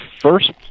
first